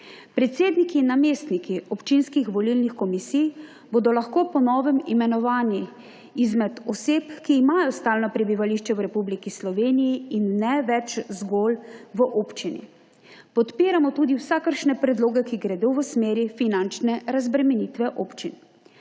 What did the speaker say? Predsedniki in namestniki občinskih volilnih komisij bodo lahko po novem imenovani izmed oseb, ki imajo stalno prebivališče v Republiki Sloveniji in ne več zgolj v občini. Podpiramo tudi vsakršne predloge, ki gredo v smeri finančne razbremenitve občin.